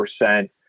percent